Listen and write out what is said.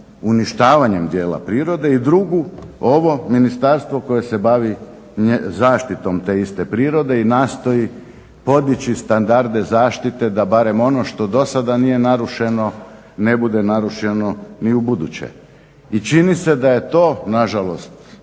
uništavanjem dijela prirode i drugo ovo ministarstvo koje se bavi zaštitom te iste prirode i nastoji podići standarde zaštite da barem ono što dosada nije narušeno ne bude narušeno ni ubuduće. I čini se da je to, nažalost,